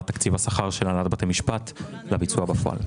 תקציב השכר של הנהלת בתי המשפט לביצוע בפועל.